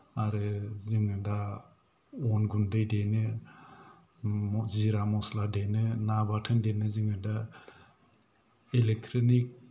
आरो जोङो दा अन गुन्दै देनो जिरा मस्ला देनो ना बाथोन देनो जोङो दा इलेक्ट्रिक नि